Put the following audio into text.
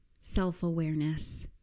self-awareness